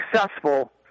successful